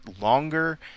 longer